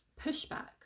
pushback